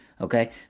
Okay